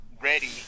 ready